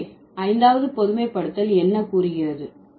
எனவே ஐந்தாவது பொதுமைப்படுத்தல் என்ன கூறுகிறது